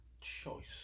choice